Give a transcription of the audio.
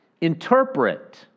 Interpret